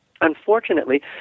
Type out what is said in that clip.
unfortunately